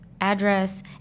address